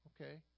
okay